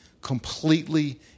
completely